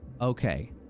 Okay